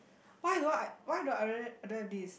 why don't I why don't I don't have this